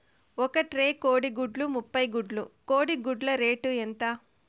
ఒక ట్రే కోడిగుడ్లు ముప్పై గుడ్లు కోడి గుడ్ల రేటు ఎంత?